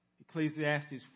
Ecclesiastes